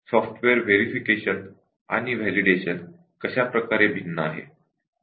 software verification आणि validation कशा प्रकारे भिन्न आहे